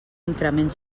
increment